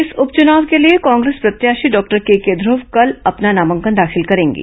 इस उपचुनाव के लिए कांग्रेस प्रत्याशी डॉक्टर केके ध्रव कल अपना नामांकन दाखिल करेंगे